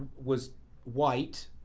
was white,